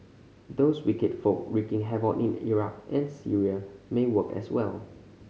those wicked folk wreaking havoc in Iraq and Syria may work as well